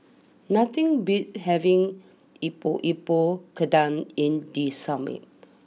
nothing beats having Epok Epok Kentang in the summer